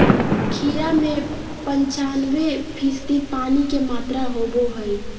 खीरा में पंचानबे फीसदी पानी के मात्रा होबो हइ